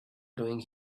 doing